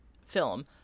film